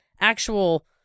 actual